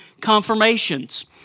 confirmations